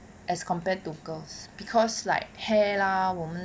as compared to girls because like hair lah 我们